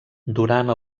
durant